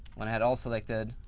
i had all selected.